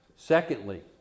Secondly